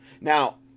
Now